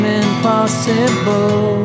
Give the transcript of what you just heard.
impossible